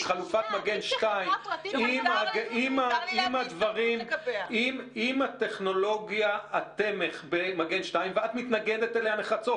חלופת מגן 2. אם הטכנולוגית תמך --- ואת מתנגדת אליה נחרצות,